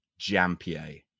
Jampier